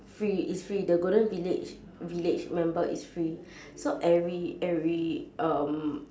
free it's free the golden village village member is free so every every um